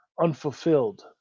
unfulfilled